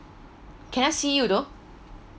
cannot see you though